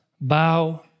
bow